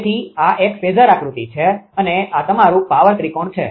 તેથી આ એક ફેઝર આકૃતિ છે અને આ તમારું પાવર ત્રિકોણ છે